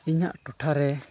ᱤᱧᱟᱹᱜ ᱴᱚᱴᱷᱟᱨᱮ